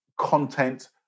content